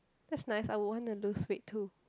that's nice I would want to lose weight too